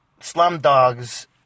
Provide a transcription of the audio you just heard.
Slumdog's